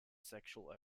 sexual